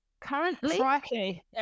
currently